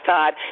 Todd